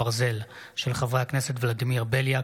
חברי הכנסת ולדימיר בליאק,